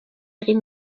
egin